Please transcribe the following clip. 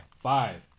five